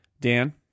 dan